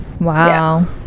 Wow